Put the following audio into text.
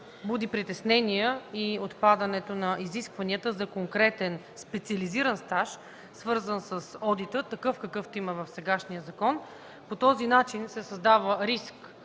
Буди притеснение и отпадането на изискванията за конкретен, специализиран стаж, свързан с одита, какъвто има в сегашния закон. По този начин се създава риск